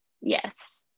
yes